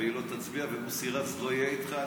והיא לא תצביע, ומוסי רז לא יהיה איתך.